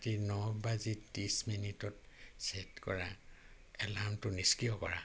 ৰাতি ন বাজি ত্ৰিছ মিনিটত ছে'ট কৰা এলাৰ্মটো নিষ্ক্ৰিয় কৰা